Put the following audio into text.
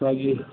ਹਾਂਜੀ